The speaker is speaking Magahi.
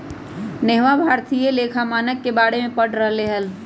नेहवा भारतीय लेखा मानक के बारे में पढ़ रहले हल